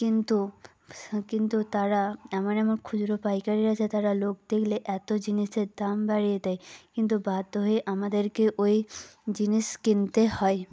কিন্তু কিন্তু তারা এমন এমন খুচরো পাইকারি আছে তারা লোক দেখলে এত জিনিসের দাম বাড়িয়ে দেয় কিন্তু বাধ্য হয়েই আমাদেরকে ওই জিনিস কিনতে হয়